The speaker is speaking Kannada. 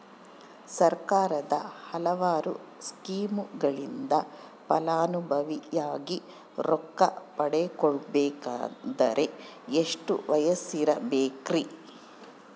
ಸರ್ಕಾರದ ಹಲವಾರು ಸ್ಕೇಮುಗಳಿಂದ ಫಲಾನುಭವಿಯಾಗಿ ರೊಕ್ಕ ಪಡಕೊಬೇಕಂದರೆ ಎಷ್ಟು ವಯಸ್ಸಿರಬೇಕ್ರಿ?